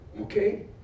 okay